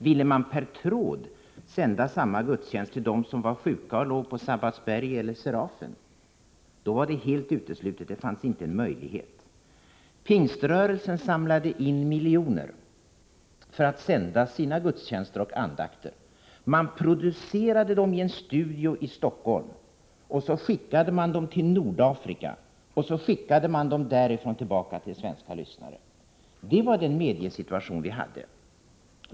Att per tråd sända samma gudstjänst till dem som var sjuka och låg på Sabbatsberg eller Serafen var helt uteslutet. Det fanns inte en möjlighet. Pingströrelsen samlade in miljoner för att sända sina gudstjänster och andakter. Man producerade dem i en studio i Stockholm, skickade dem till Nordafrika och sände därifrån tillbaka till de svenska lyssnarna. Det var den massmediesituation vi hade.